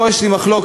פה יש לי מחלוקת,